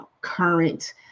current